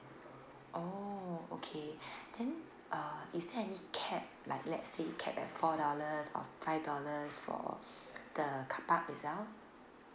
oh okay then uh is there any cap like let's say capped at four dollars or five dollars for the carpark itself